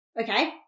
okay